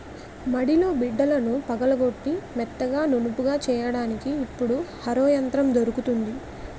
మడిలో బిడ్డలను పగలగొట్టి మెత్తగా నునుపుగా చెయ్యడానికి ఇప్పుడు హరో యంత్రం దొరుకుతుంది